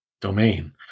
domain